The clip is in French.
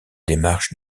démarche